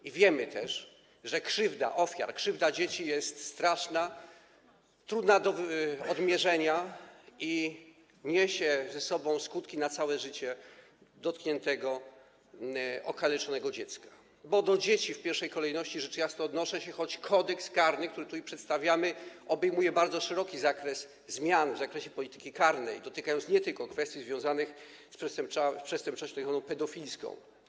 I wiemy też, że krzywda ofiar, krzywda dzieci jest straszna, trudna do odmierzenia i niesie ze sobą skutki na całe życie dla dotkniętego, okaleczonego dziecka, bo do dzieci w pierwszej kolejności, rzecz jasna, odnoszę się, choć Kodeks karny, który tutaj przedstawiamy, obejmuje bardzo szerokie zmiany w zakresie polityki karnej, dotyczące nie tylko kwestii związanych z przestępczością pedofilską.